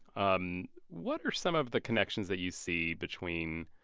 um what are some of the connections that you see between